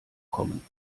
kommen